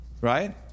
right